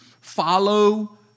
follow